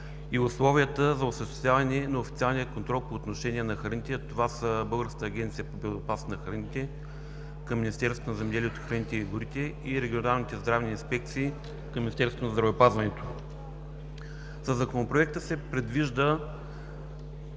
и условията за осъществяване на официалния контрол по отношение на храните. Това са Българската агенция по безопасност на храните към Министерството на земеделието, храните и горите и регионалните здравни инспекции към Министерството на здравеопазването. Със Законопроекта се предвижда